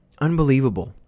unbelievable